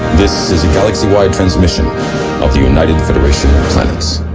this is a galaxy wide transmission of the united federation of planets.